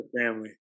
family